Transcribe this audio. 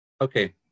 Okay